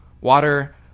Water